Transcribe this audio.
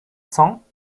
cents